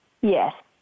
Yes